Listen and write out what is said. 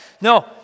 no